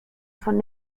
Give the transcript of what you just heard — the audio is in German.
von